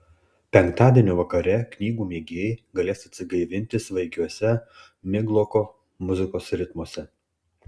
penktadienio vakare knygų mėgėjai galės atsigaivinti svaigiuose migloko muzikos ritmuose